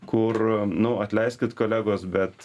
kur nu atleiskit kolegos bet